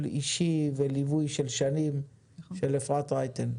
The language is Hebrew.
אישי וליווי במשך שנים על ידי אפרת רייטן.